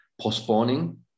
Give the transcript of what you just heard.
postponing